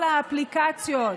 כל האפליקציות,